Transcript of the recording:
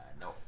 No